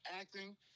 acting